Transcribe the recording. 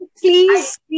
please